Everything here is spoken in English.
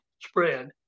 spread